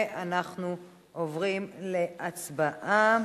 אנחנו עוברים להצבעה